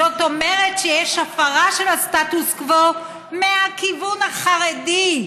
זאת אומרת שיש הפרה של הסטטוס קוו מהכיוון החרדי,